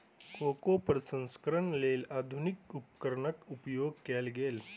cocoa प्रसंस्करणक लेल आधुनिक उपकरणक उपयोग कयल गेल